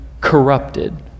corrupted